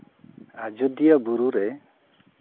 ᱟᱡᱳᱫᱤᱭᱟᱹ ᱵᱩᱨᱩ ᱨᱮ